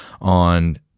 on